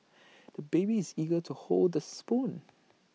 the baby is eager to hold the spoon